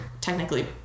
technically